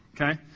okay